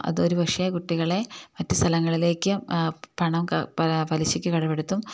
അത് ഒരുപക്ഷേ കുട്ടികളെ മറ്റു സ്ഥലങ്ങളിലേക്ക് പണം പലിശയ്ക്ക് കടമെടുത്തും